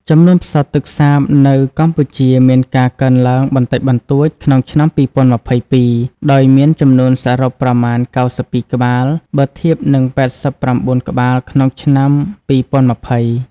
ចំនួនផ្សោតទឹកសាបនៅកម្ពុជាមានការកើនឡើងបន្តិចបន្តួចក្នុងឆ្នាំ២០២២ ដោយមានចំនួនសរុប ប្រមាណ ៩២ ក្បាល បើធៀបនឹង ៨៩ ក្បាលក្នុងឆ្នាំ ២០២០។